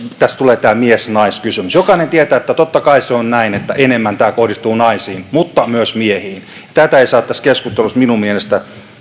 tästä tulee tämä mies nais kysymys jokainen tietää että totta kai se on näin että enemmän tämä kohdistuu naisiin mutta tämä kohdistuu myös miehiin tätä ei saa tässä keskustelussa minun mielestäni